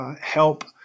help